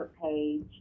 page